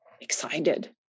excited